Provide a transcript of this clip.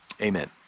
Amen